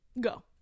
Go